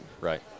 Right